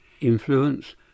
influence